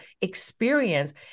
experience